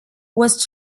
was